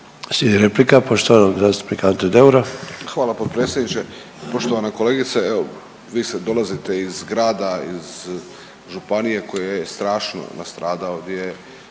Slijedi replika, poštovanog zastupnika Ante Deura. **Deur, Ante (HDZ)** Hvala potpredsjedniče. Poštovana kolegice, evo, vi ste, dolazite iz grada iz županije koji je strašno nastradao, gdje